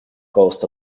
coast